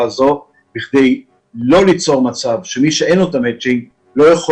הזאת כדי לא ליצור מצב שמי שאין לו את המצ'ינג לא יכול